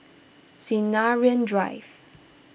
Sinaran Drive